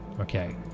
Okay